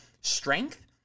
strength